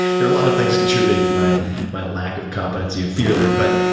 there are a lot of things contributing to my my lack of competency and fear there. but,